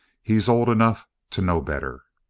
he's old enough to know better!